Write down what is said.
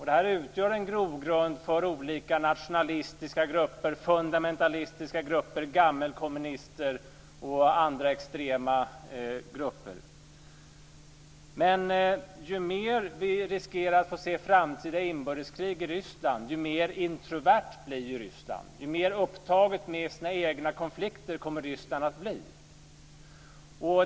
Detta utgör en grogrund för olika nationalistiska och fundamentalistiska grupper, gammelkommunister och andra extrema grupper. Men ju mer vi riskerar att få se framtida inbördeskrig i Ryssland, desto mer introvert blir Ryssland och desto mer upptaget med sina egna konflikter kommer Ryssland att bli.